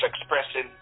expressing